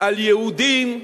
על יהודים ובדואים,